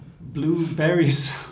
blueberries